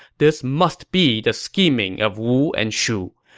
this must be the scheming of wu and shu.